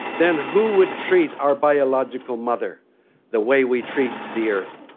then who would treat our biological mother the way we treat the earth?